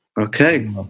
Okay